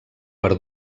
per